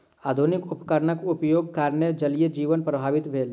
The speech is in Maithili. आधुनिक उपकरणक उपयोगक कारणेँ जलीय जीवन प्रभावित भेल